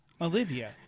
Olivia